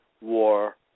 war